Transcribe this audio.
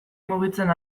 mugitzen